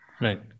Right